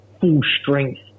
full-strength